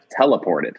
Teleported